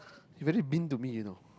you very mean to me you know